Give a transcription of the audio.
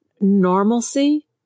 normalcy